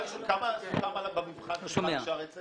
כמה במבחן לשערי צדק?